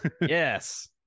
Yes